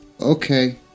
Okay